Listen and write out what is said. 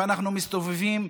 אנחנו מסתובבים,